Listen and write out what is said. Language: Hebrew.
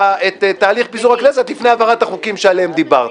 תהליך פיזור הכנסת לפני העברת החוקים שעליהם דיברתי.